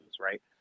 right